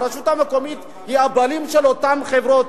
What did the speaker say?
הרשות המקומית היא הבעלים של אותן חברות,